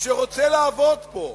רוצים לעבוד פה.